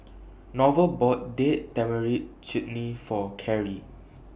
Norval bought Date Tamarind Chutney For Karri